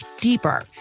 deeper